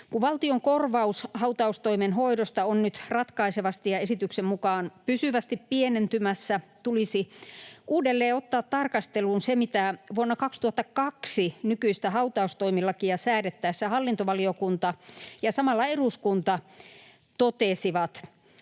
Kun valtion korvaus hautaustoimen hoidosta on nyt ratkaisevasti ja esityksen mukaan pysyvästi pienentymässä, tulisi uudelleen ottaa tarkasteluun se, mitä vuonna 2002 nykyistä hautaustoimilakia säädettäessä hallintovaliokunta ja samalla eduskunta totesivat.